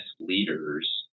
leaders